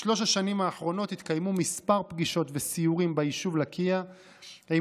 בשלוש השנים האחרונות התקיימו כמה פגישות וסיורים ביישוב לקיה עם